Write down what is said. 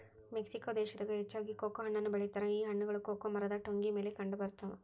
Mexico ದೇಶದಾಗ ಹೆಚ್ಚಾಗಿ cocoa ಹಣ್ಣನ್ನು ಬೆಳಿತಾರ ಈ ಹಣ್ಣುಗಳು ಕೊಕೊ ಮರದ ಟೊಂಗಿ ಮೇಲೆ ಕಂಡಬರ್ತಾವ